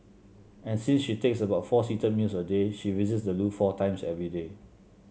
and since she takes about four seated meals a day she visits the loo four times every day